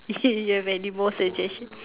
you have anymore suggestion